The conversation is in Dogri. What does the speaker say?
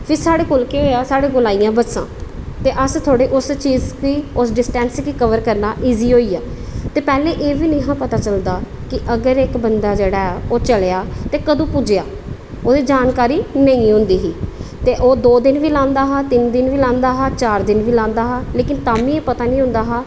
साढ़े कोल केह् होया साढ़े कोल आइयां बस्सां ते भी उस डिस्टेंस गी उस चीज़ गी कवर करना ईजी होई गेआ ते पैह्लें एह्बी निहां पता चलदा की अगर इक्क बंदा जेह्ड़ा ऐ ओह् चलेआ ते ओह् कदूं पुज्जेआ ओह् एह् जानकरी नेईं होंदी ही ते ओह् दौ दिन बी लांदा हा तीन दिन बी लांदा हा चार दिन बी लांदा हा लेकिन एह् पता निं होंदा हा